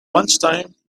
lunchtime